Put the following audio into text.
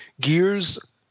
Gears